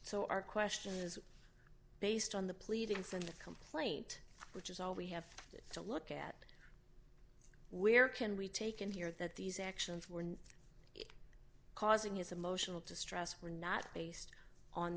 so our question is based on the pleading send a complaint which is all we have to look at where can we take in here that these actions were causing his emotional distress were not based on